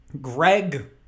Greg